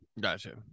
Gotcha